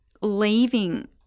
leaving